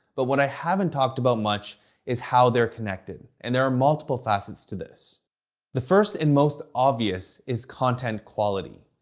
but what i haven't talked about much is how they're connected. and there are multiple facets to this the first and most obvious is content quality.